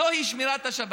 זוהי שמירת השבת.